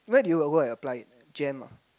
where do you all go and apply it Jem ah